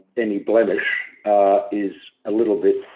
any blemish is a little bit